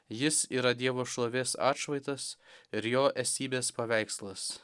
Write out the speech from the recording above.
jis yra dievo šlovės atšvaitas ir jo esybės paveikslas